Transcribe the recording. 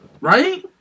Right